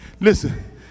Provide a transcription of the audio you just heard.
Listen